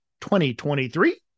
2023